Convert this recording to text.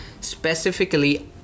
specifically